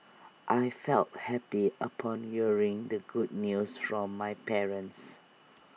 I felt happy upon hearing the good news from my parents